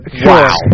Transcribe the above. Wow